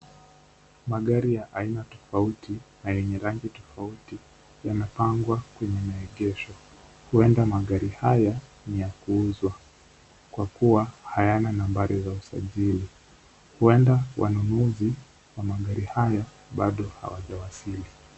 Magari ya aina tofauti yenye rangi tofauti yamepangwa kwenye maegesho. Huenda magari haya ni ya kuuzwa, kwa kua hayana nambari ya usajili. Huenda wanunuzi wa magari haya bado hawajawasili.